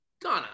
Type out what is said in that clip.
Ghana